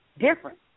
different